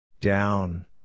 down